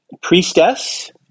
priestess